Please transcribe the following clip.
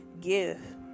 Give